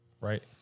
right